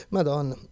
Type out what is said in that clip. Madonna